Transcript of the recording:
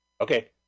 Okay